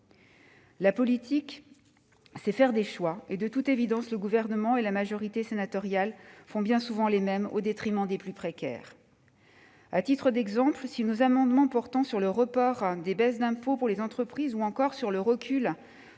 La politique, c'est faire des choix. De toute évidence, le Gouvernement et la majorité sénatoriale font bien souvent les mêmes, au détriment des plus précaires. Oh ... À titre d'exemple, si nos amendements sur le report des baisses d'impôts pour les entreprises ou sur la